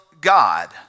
God